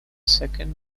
second